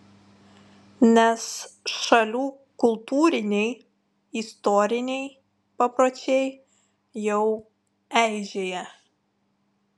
nes šalių kultūriniai istoriniai papročiai jau eižėja